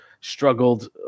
struggled